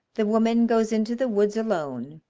the woman goes into the woods alone,